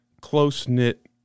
close-knit